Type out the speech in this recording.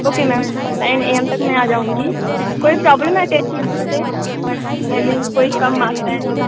okay ma'am ten A M तक मैं आ जाऊँगी कोई प्रॉब्लम है आई मिन कोई कम मार्क्स आए जो